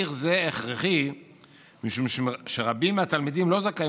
תהליך זה הכרחי משום שרבים מהתלמידים לא זכאים